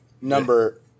number